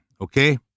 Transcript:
okay